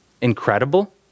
incredible